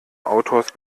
autors